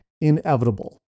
inevitable